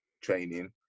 training